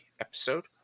episode